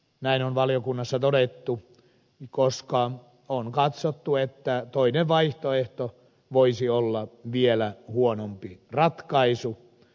näin on valiokunnassa todettu koska on katsottu että toinen vaihtoehto voisi olla vielä huonompi ratkaisu